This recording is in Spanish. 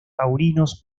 taurinos